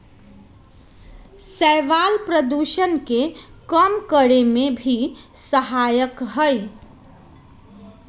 शैवाल प्रदूषण के कम करे में भी सहायक हई